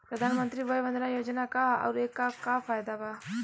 प्रधानमंत्री वय वन्दना योजना का ह आउर एकर का फायदा बा?